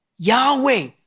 Yahweh